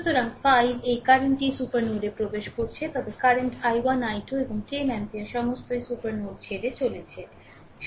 সুতরাং 5 এই কারেন্ট টি সুপার নোডে প্রবেশ করছে তবে কারেন্ট i1 i2 এবং 10 অ্যাম্পিয়ার সমস্তই সুপার নোড ছেড়ে চলেছে